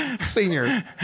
senior